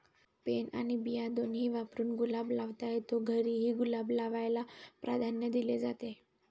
pen आणि बिया दोन्ही वापरून गुलाब लावता येतो, घरीही गुलाब लावायला प्राधान्य दिले जाते